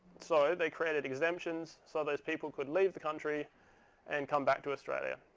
so they created exemptions so those people could leave the country and come back to australia,